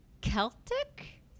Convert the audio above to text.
celtic